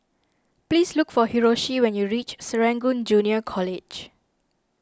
please look for Hiroshi when you reach Serangoon Junior College